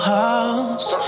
house